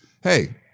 Hey